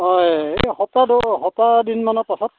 অঁ এই এই যে সপ্তাহ দহ সপ্তাহ দিনমানৰ পাছত